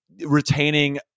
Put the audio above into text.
retaining